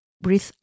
breathe